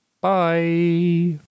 Bye